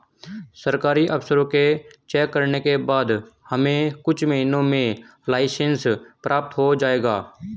सरकारी अफसरों के चेक करने के बाद हमें कुछ महीनों में लाइसेंस प्राप्त हो जाएगा